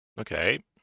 Okay